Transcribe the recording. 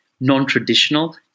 non-traditional